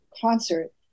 concert